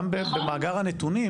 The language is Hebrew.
גם במאגר הנתונים